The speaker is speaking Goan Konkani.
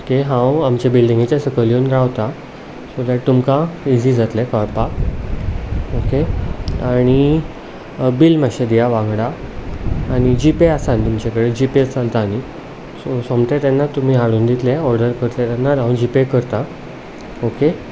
हांव आमच्या बिल्डिगेंच्या सकयल येवन रावता सो दॅट तुमकां इजी जातलें कळपाक ओके आनी बील मातशें दिया वांगडा आनी जीपे आसा न्ही तुमचे कडेन जीपे चलता न्ही सो सोमतें तेन्ना तुमी हाडून दितले ऑर्डर करतले तेन्नाच हांव जीपे करतां ओके